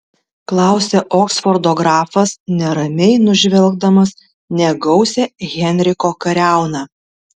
klausia oksfordo grafas neramiai nužvelgdamas negausią henriko kariauną